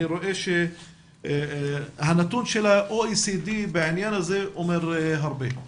אני רואה שהנתון של ה-OECD בעניין הזה אומר הרבה.